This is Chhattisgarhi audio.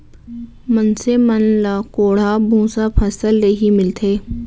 मनसे मन ल कोंढ़ा भूसा फसल ले ही मिलथे